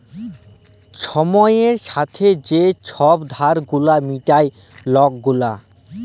ছময়ের ছাথে যে ছব ধার গুলা মিটায় লক গুলা